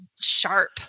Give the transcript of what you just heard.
sharp